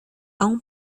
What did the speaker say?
aún